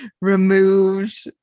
removed